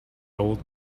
old